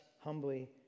humbly